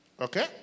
Okay